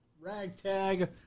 ragtag